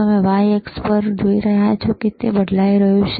તમે y અક્ષ તરફ જોઈ રહ્યા છો તે બદલાઈ રહ્યું છે